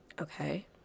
Okay